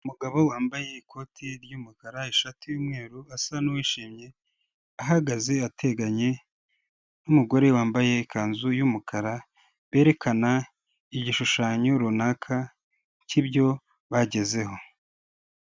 Umugabo wambaye ikoti ry'umukara, ishati y'umweru, asa n'uwishimye, ahagaze ateganye n'umugore wambaye ikanzu y'umukara, berekana igishushanyo runaka cy'ibyo bagezeho.